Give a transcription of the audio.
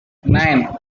nine